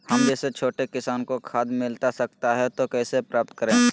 हम जैसे छोटे किसान को खाद मिलता सकता है तो कैसे प्राप्त करें?